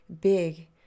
big